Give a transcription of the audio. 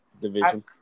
division